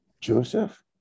Joseph